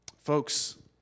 Folks